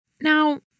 now